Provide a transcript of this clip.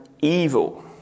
evil